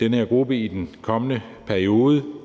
den her gruppe i den kommende periode.